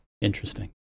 interesting